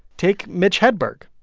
take mitch hedberg,